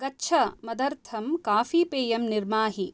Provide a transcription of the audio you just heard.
गच्छ मदर्थं काफीपेयं निर्माहि